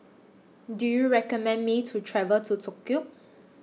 Do YOU recommend Me to travel to Tokyo